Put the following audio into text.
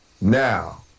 Now